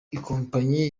ikompanyi